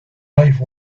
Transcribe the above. life